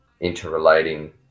interrelating